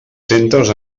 centres